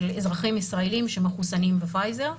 של אזרחים ישראלים שמחוסנים בפייזר.